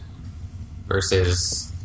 versus